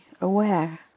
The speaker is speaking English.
aware